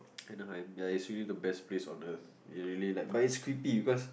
Anaheim is really the best place on earth really like but is creepy because